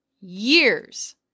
years